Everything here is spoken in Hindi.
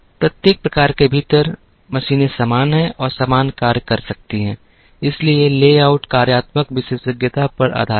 प्रत्येक प्रकार के भीतर मशीनें समान हैं और समान कार्य कर सकती हैं इसलिए लेआउट कार्यात्मक विशेषज्ञता पर आधारित है